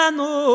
no